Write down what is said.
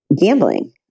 Gambling